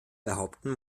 behaupten